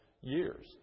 years